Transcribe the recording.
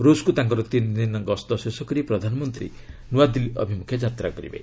ରୁଷକୁ ତାଙ୍କର ତିନି ଦିନ ଗସ୍ତ ଶେଷ କରି ପ୍ରଧାନମନ୍ତ୍ରୀ ନୂଆଦିଲ୍ଲୀ ଅଭିମୁଖେ ଯାତ୍ରା କରିବେ